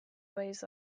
waves